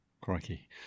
crikey